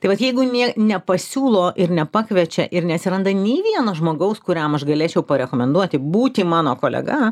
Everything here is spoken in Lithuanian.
tai vat jeigu nepasiūlo ir nepakviečia ir neatsiranda nei vieno žmogaus kuriam aš galėčiau parekomenduoti būti mano kolega